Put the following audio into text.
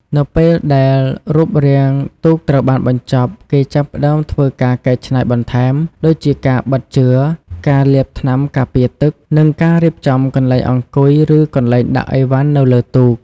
នៅពេលដែលរូបរាងទូកត្រូវបានបញ្ចប់ គេចាប់ផ្តើមធ្វើការកែច្នៃបន្ថែម ដូចជាការបិតជ័រ ការលាបថ្នាំការពារទឹក និងការរៀបចំកន្លែងអង្គុយ ឬកន្លែងដាក់ឥវ៉ាន់នៅលើទូក។